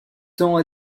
tant